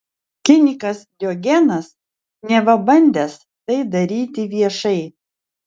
kinikas diogenas neva bandęs tai daryti viešai